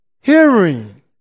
hearing